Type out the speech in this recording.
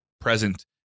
present